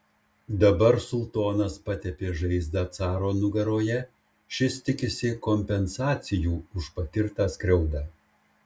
dabar sultonas patepė žaizdą caro nugaroje šis tikisi kompensacijų už patirtą skriaudą